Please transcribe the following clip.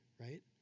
right